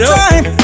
time